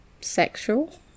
sexual